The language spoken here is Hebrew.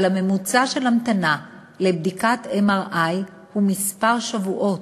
אבל ממוצע ההמתנה לבדיקת MRI הוא כמה שבועות,